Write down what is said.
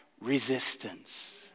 resistance